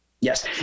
Yes